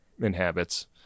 inhabits